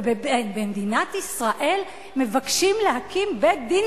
ובמדינת ישראל מבקשים להקים בית-דין